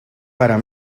para